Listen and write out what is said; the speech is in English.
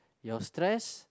your stress